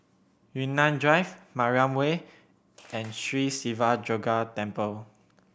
Yunnan Drive Mariam Way and Sri Siva Durga Temple